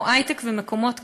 כמו היי-טק ומקומות כאלה,